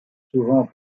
souvent